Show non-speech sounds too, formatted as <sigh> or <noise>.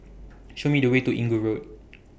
<noise> Show Me The Way to Inggu Road <noise>